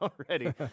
already